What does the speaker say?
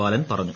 ബാലൻ പറഞ്ഞു